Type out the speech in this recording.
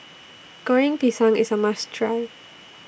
Goreng Pisang IS A must Try